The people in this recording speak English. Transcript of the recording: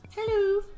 Hello